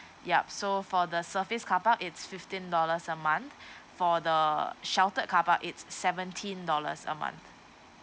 ya so for the surface carpark it's fifteen dollars a month for the sheltered car park it's seventeen dollars a month